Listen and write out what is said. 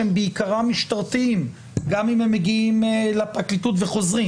שהם בעיקר משטרתיים; גם אם הם מגיעים לפרקליטות וחוזרים